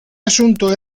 asunto